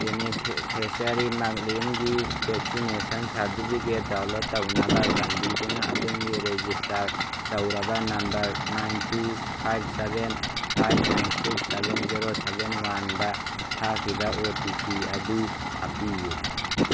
beneficiary ꯃꯥꯛꯂꯦꯝꯒꯤ vaccination ꯁꯥꯔꯗꯤꯕꯤꯒꯦꯠ download ꯇꯧꯅꯕ ꯆꯥꯟꯕꯤꯗꯨꯅ ꯑꯗꯣꯝꯒꯤ ꯔꯦꯖꯤꯁꯇꯥꯔ ꯇꯧꯔꯕ number nine two five seven five nine six seven zero seven ꯋꯥꯟꯗ ꯊꯥꯈꯤꯕ ꯑꯣ ꯇꯤ ꯄꯤ ꯑꯗꯨ ꯍꯥꯞꯄꯤꯌꯨ